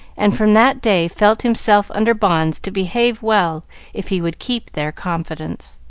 and from that day felt himself under bonds to behave well if he would keep their confidence.